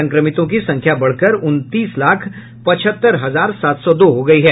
संक्रमितों की संख्या बढ़कर उनतीस लाख पचहत्तर हजार सात सौ दो हो गयी है